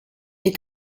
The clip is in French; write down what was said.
les